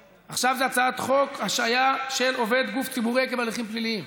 הצעת חוק השעיה של עובד גוף ציבורי עקב הליכים פליליים,